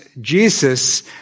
Jesus